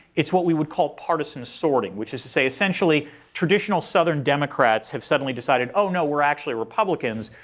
it's what we would call partisan assorting, which is to say essentially traditional southern democrats have suddenly decided, oh, no, we're actually republicans.